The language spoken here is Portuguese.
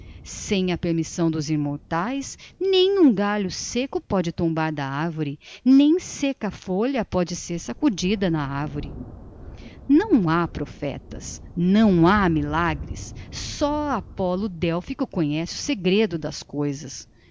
sem a permissão dos imortais nem um galho seco pode tombar da árvore nem seca folha pode ser sacudida na árvore não há profetas não há milagres só apolo délfico conhece o segredo das coisas